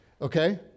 okay